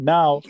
Now